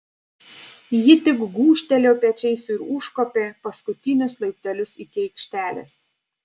ji tik gūžtelėjo pečiais ir užkopė paskutinius laiptelius iki aikštelės